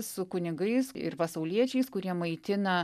su kunigais ir pasauliečiais kurie maitina